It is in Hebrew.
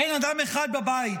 אין אדם אחד בבית